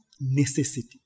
necessity